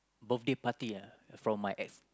birthday party ah from my Ex